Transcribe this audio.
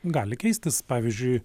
gali keistis pavyzdžiui